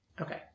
Okay